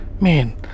Man